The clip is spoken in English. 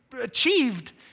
achieved